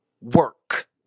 work